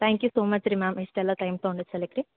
thank you so much ರೀ ma'am ಇಷ್ಟೆಲ್ಲ time ತೊಗೊಂಡಿದ್ ಸಲೇಕ್ಕೆ